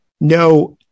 no